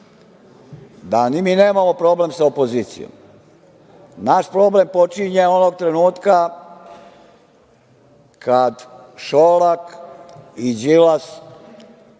ni mi nemamo problem sa opozicijom. Naš problem počinje onog trenutka kad Šolak i Đilas